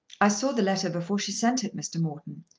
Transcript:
i saw the letter before she sent it, mr. morton.